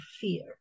fear